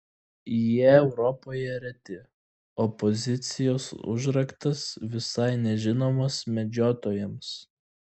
jie europoje reti o pozicijos užraktas visai nežinomas medžiotojams